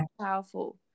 powerful